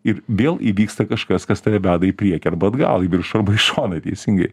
ir vėl įvyksta kažkas kas tave veda į priekį arba atgal į viršų arba iš šoną teisingai